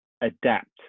adapt